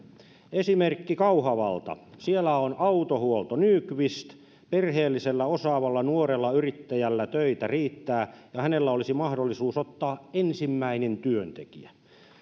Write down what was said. esimerkki kauhavalta siellä on autohuolto nyqvist perheellisellä osaavalla nuorella yrittäjällä töitä riittää ja hänellä olisi mahdollisuus ottaa ensimmäinen työntekijä